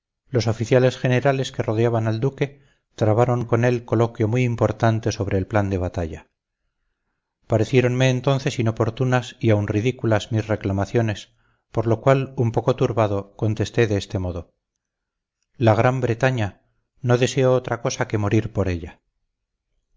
los oficiales generales que rodeaban al duque trabaron con él coloquio muy importante sobre el plan de batalla pareciéronme entonces inoportunas y aun ridículas mis reclamaciones por lo cual un poco turbado contesté de este modo la gran bretaña no deseo otra cosa que morir por ella